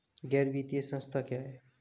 गैर वित्तीय संस्था क्या है?